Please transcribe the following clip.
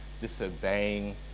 disobeying